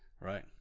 Right